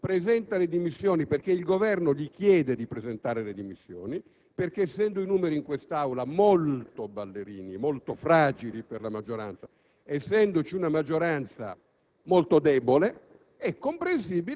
Un membro del Governo presenta le dimissioni perché il Governo gli chiede di farlo e perché, essendo i numeri in quest'Aula molto ballerini e molto fragili per la maggioranza ed essendovi una maggioranza